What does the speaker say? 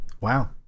Wow